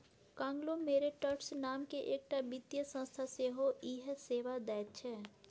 conglomerates नामकेँ एकटा वित्तीय संस्था सेहो इएह सेवा दैत छै